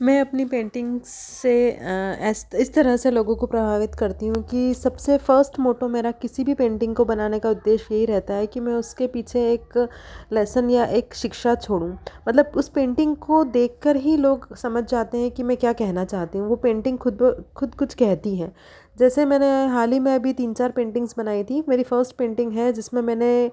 मैं अपनी पेंटिंग से एस इस तरह से लोगों को प्रभावित करती हूँ कि सबसे फर्स्ट मोटो मेरा किसी भी पेंटिंग को बनाने का उद्देश्य ये रहता है कि मैं उसके पीछे एक लेसन या एक शिक्षा छोडूँ मतलब उस पेंटिंग को देखकर ही लोग समझ जाते हैं कि मैं क्या कहना चाहती हूँ वो पेंटिंग खुद ब खुद कुछ कहती है जैसे मैंने हाल ही में अभी तीन चार पेंटिंग्स बनाई थीं मेरी फर्स्ट पेंटिंग है जिसमें मैंने